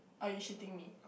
or you shooting me